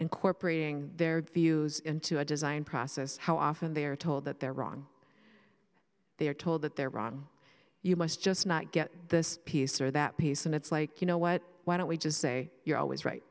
incorporating their views into a design process how often they are told that they're wrong they are told that they're wrong you must just not get this piece or that piece and it's like you know what why don't we just say you're always right